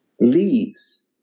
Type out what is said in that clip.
Leaves